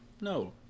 No